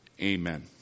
Amen